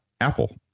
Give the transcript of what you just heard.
apple